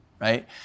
right